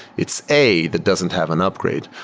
it's a that doesn't have an upgrade,